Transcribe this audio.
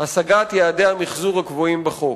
השגת יעדי המיחזור הקבועים בחוק.